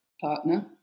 partner